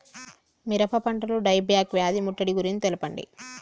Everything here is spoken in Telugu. మిరప పంటలో డై బ్యాక్ వ్యాధి ముట్టడి గురించి తెల్పండి?